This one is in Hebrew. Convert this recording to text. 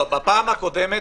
בפעם הקודמת